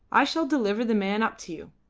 i shall deliver the man up to you.